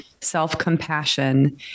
self-compassion